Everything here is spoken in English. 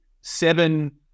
seven